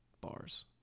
Bars